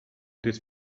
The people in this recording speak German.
des